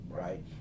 Right